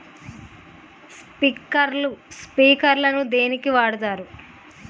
Sprinkler ను దేనికి వాడుతరు?